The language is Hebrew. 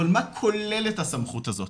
אבל מה כוללת הסמכות הזאת?